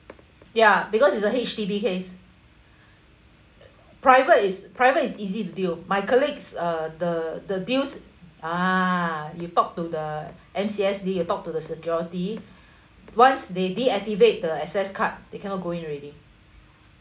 ya because it's a H_D_B case private is private is easy to deal my colleagues uh the the deals ah you talked to the M_C_S_D you talk to the security once they deactivate the access card they cannot go in already